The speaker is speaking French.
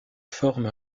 forme